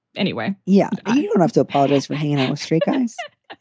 anyway, yeah, i don't have to apologize for hanging out with three guys,